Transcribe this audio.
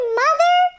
mother